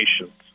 Nations